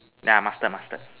yeah master master